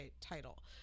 title